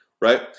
right